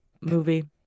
movie